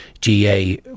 GA